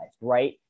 right